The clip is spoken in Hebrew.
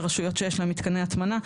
לרשויות שיש להן מתקני הטמנה.